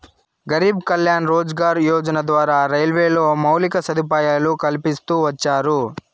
గరీబ్ కళ్యాణ్ రోజ్గార్ యోజన ద్వారా రైల్వేలో మౌలిక సదుపాయాలు కల్పిస్తూ వచ్చారు